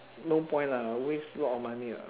no point lah waste a lot of money lah